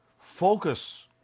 focus